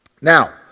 Now